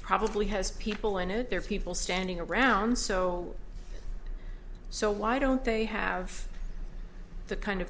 probably has people in it there are people standing around so so why don't they have the kind of